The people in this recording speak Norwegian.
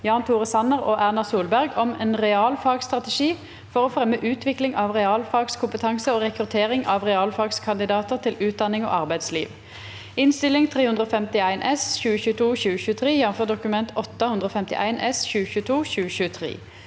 Jan Tore Sanner og Erna Solberg om en realfagsstrategi for å fremme utvikling av realfagskompetanse og rekruttering av realfagskandidater til utdanning og arbeidsliv (Innst. 351 S (2022–2023), jf. Dokument 8:151 S